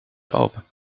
open